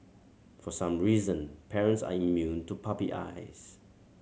for some reason parents are immune to puppy eyes